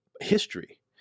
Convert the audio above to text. history